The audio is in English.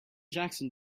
jackson